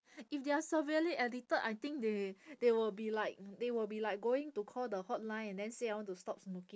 if they are severely addicted I think they they will be like they will be like going to call the hotline and then say I want to stop smoki~